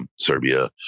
Serbia